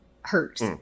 Hurts